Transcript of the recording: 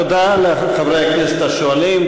תודה לחברי הכנסת השואלים,